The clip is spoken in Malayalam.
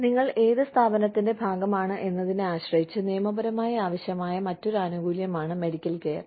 കൂടാതെ നിങ്ങൾ ഏത് സ്ഥാപനത്തിന്റെ ഭാഗമാണ് എന്നതിനെ ആശ്രയിച്ച് നിയമപരമായി ആവശ്യമായ മറ്റൊരു ആനുകൂല്യമാണ് മെഡിക്കൽ കെയർ